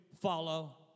follow